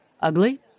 Ugly